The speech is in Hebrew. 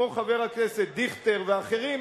כמו חבר הכנסת דיכטר ואחרים,